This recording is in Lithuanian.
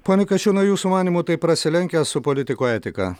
pone kasčiūnai jūsų manymu tai prasilenkia su politiko etika